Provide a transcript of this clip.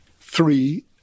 Three